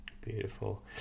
beautiful